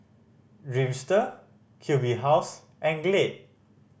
Dreamster Q B House and Glade